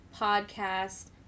podcast